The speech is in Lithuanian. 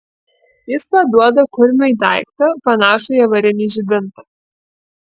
jis paduoda kurmiui daiktą panašų į avarinį žibintą